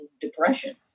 depression